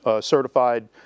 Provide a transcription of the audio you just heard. certified